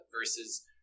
versus